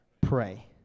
Pray